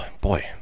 boy